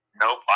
Nope